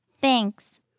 Thanks